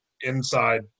inside